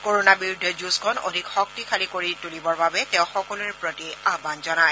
কৰণাৰ বিৰুদ্ধে যুঁজখন অধিক শক্তিশালী কৰি তুলিবৰ বাবে তেওঁ সকলোৰে প্ৰতি আহান জনায়